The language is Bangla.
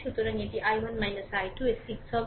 সুতরাং এটি i1 i2 এর 6 হবে